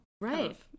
Right